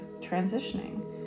transitioning